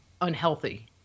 unhealthy